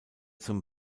zum